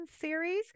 series